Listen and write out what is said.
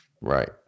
Right